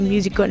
Music